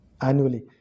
annually